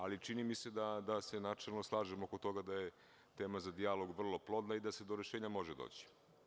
Ali, čini mi se da se načelno slažemo oko toga da je tema za dijalog vrlo plodna i da se do rešenja može doći.